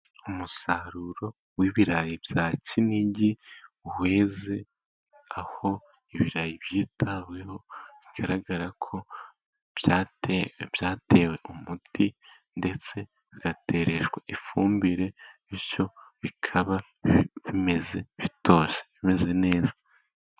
Umusaruro w'ibirayi bya kinigi weze, aho ibirayi byitaweho bigaragara ko byatewe umuti, ndetse bigatereshwa ifumbire, bityo bikaba bimeze bitoshye bimeze neza.